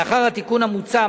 לאחר התיקון המוצע,